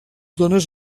dones